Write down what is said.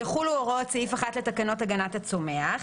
יחולו הוראות סעיף 1 לתקנות הגנת הצומח.